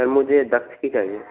sir मुझे दस की चाहिए